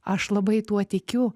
aš labai tuo tikiu